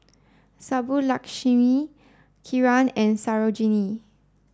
Subbulakshmi Kiran and Sarojini